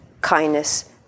kindness